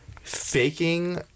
faking